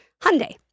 Hyundai